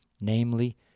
Namely